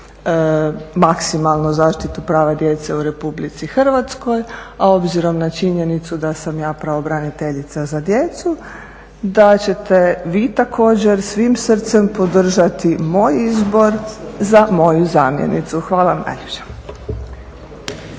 maksimalno zaštitu prava djece u RH, a obzirom na činjenicu da sam ja pravobraniteljica za djecu da ćete vi također svim srce podržati moj izbor za moju zamjenicu. Hvala vam najljepša.